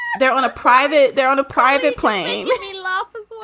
they're on a private. they're on a private plane. let me laugh as